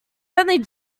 only